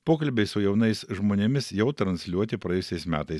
pokalbiai su jaunais žmonėmis jau transliuoti praėjusiais metais